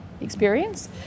experience